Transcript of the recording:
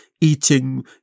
eating